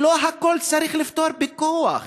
ולא הכול צריך לפתור בכוח,